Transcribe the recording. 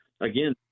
again